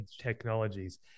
technologies